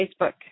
Facebook